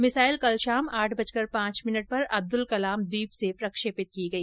missile कल शाम आठ बजकर पांच मिनट पर अब्दुल कलाम द्वीप से प्रक्षेपित की गई